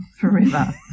forever